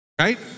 right